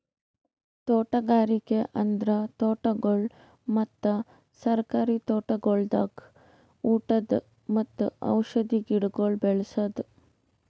ತೋಟಗಾರಿಕೆ ಅಂದುರ್ ತೋಟಗೊಳ್ ಮತ್ತ ಸರ್ಕಾರಿ ತೋಟಗೊಳ್ದಾಗ್ ಉಟದ್ ಮತ್ತ ಔಷಧಿ ಗಿಡಗೊಳ್ ಬೇಳಸದ್